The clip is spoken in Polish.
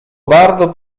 bardzo